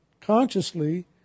consciously